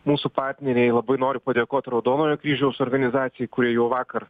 mūsų partneriai labai noriu padėkot raudonojo kryžiaus organizacijai kuri jau vakar